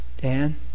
Dan